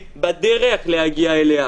בדרך אליה,